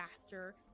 faster